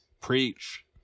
Preach